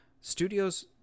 Studios